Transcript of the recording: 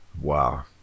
Wow